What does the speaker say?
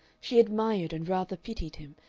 she admired and rather pitied him,